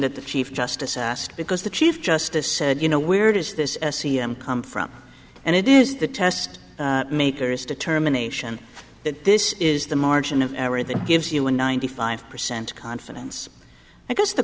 that the chief justice asked because the chief justice said you know where does this c m come from and it is the test maker's determination that this is the margin of error that gives you a ninety five percent confidence i guess the